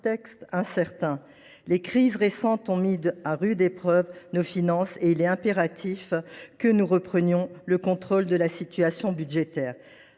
contexte incertain. Les crises récentes ont mis à rude épreuve ces finances, et il est impératif que nous reprenions le contrôle de la situation budgétaire.